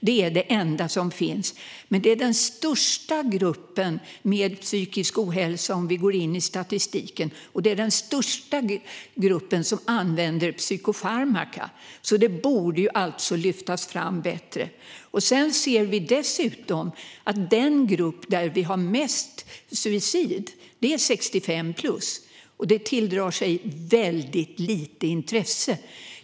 Det är det enda som finns. Men det här är den största gruppen med psykisk ohälsa, vilket vi ser om vi går in i statistiken. Det här är dessutom den största gruppen som använder psykofarmaka. Därför borde detta lyftas fram bättre. Vi ser därtill att den grupp där suicid förekommer mest är i gruppen 65-plus. Detta tilldrar sig väldigt lite intresse.